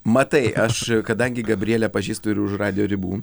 matai aš kadangi gabrielę pažįstu ir už radijo ribų